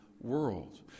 world